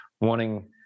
wanting